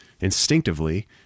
instinctively